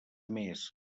més